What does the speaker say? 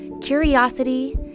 curiosity